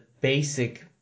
basic